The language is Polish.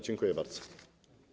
Dziękuję bardzo.